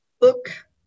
book